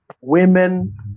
women